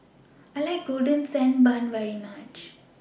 I like Golden Sand Bun very much